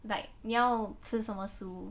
like 你要吃什么食物